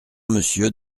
monsieur